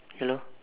hello